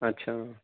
अच्छा